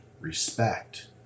respect